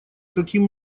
каким